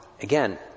again